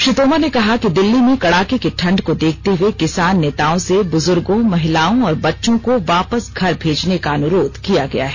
श्री तोमर ने कहा कि दिल्ली में कड़ाके की ठंड को देखते हुए किसान नेताओं से बुजुर्गो महिलाओं और बच्चों को वापस घर भेजने का अनुरोध किया गया है